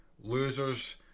losers